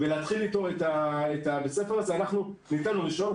אנחנו ניתן לו רישיון,